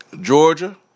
Georgia